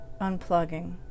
unplugging